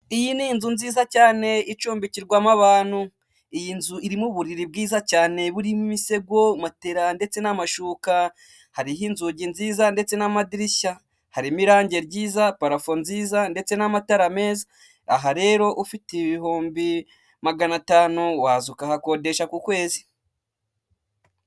Abagabo babiri bari imbere y'ikamyo umwe yambaye ishati y'amakaro undi yambaye umupira w'umutuku urimo utubara tw'umweru, imbere y'iyo kamyo hari amagambo yandikishije umutuku hari n'ayandi yandikishije umukara.